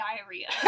diarrhea